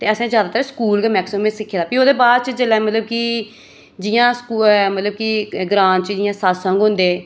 ते असें जैदातर स्कूल गै मैक्सीमम सिक्खे दा भी ओह्दे बाद च जेल्लै मतलब कि जि'यां कुतै मतलब कि ग्रां च जि'यां सतसंग होंदे